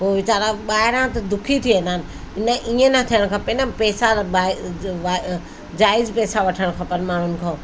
उहे वेचारा ॿाहिरां त दुखी थी वेंदा आहिनि न इयं न थियणु खपे न पैसा ॿाए वाए जायज़ पैसा वठण खपेनि माण्हुनि खां